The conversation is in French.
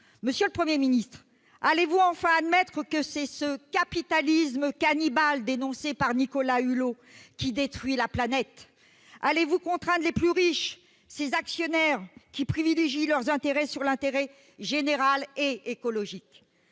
Monsieur le Premier ministre, allez-vous enfin admettre que c'est ce « capitalisme cannibale » dénoncé par Nicolas Hulot qui détruit la planète ? Allez-vous contraindre les plus riches, ces actionnaires qui font primer leurs intérêts sur l'intérêt général et écologique ?